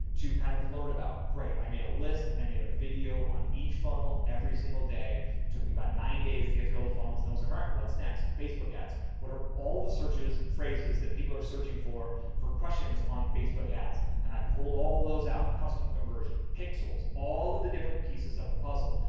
to kind of learn about great. i made a list and i made a video on each funnel every single day. it took me about nine days to get through all the funnels. and i was like, all right, what's next facebook ads. what are all the searches phrases that people are searching for, for questions on facebook ads? and i pulled all those out custom conversion pixels, all of the different pieces of the puzzle.